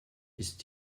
ist